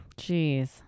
Jeez